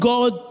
God